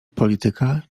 polityka